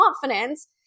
confidence